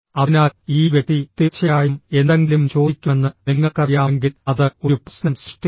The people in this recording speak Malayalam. അതിനാൽ ഈ വ്യക്തി തീർച്ചയായും എന്തെങ്കിലും ചോദിക്കുമെന്ന് നിങ്ങൾക്കറിയാമെങ്കിൽ അത് ഒരു പ്രശ്നം സൃഷ്ടിക്കും